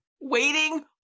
Waiting